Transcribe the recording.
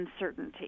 uncertainty